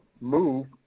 move